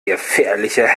gefährlicher